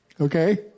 Okay